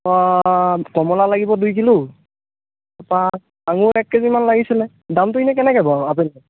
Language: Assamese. কমলা লাগিব দুই কিলো তাৰপৰা আঙুৰ এক কেজি মান লাগিছিলে দামটো এনেই কেনেকৈ বাৰু আপেলৰ